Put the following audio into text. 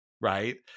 Right